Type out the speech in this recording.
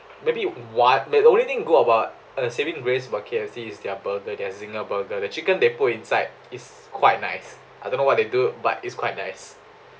maybe wha~ the only thing good about uh saving grace about K_F_C is their burger their zinger burger the chicken they put inside is quite nice I don't know what they do but it's quite nice